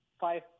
five